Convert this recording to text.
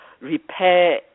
repair